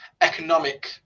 economic